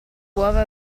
uova